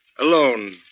Alone